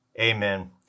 Amen